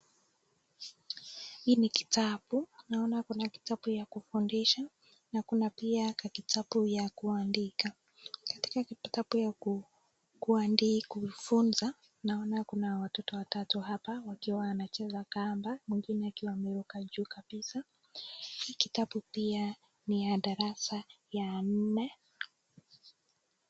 Hii ni kitabu naona kuna kitabu ya kufundisha na kuna pia kitabu ya kuandika. Katika kitabu ya kufunza naona kuna watoto watatu hapa wakiwa wanacheza kamba mwingine akiwa ameruka juu kabisa. Hii kitabu pia ni ya darasa ya nne.